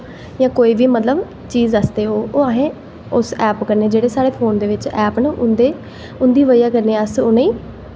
जां कोई बी मतलब चीज आस्तै ओ ओह् असें उस ऐप कन्नै जेह्ड़े साढ़े फोन दे बिच ऐप न उं'दे उं'दी बजह् कन्नै अस उ'नें ई